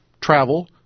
Travel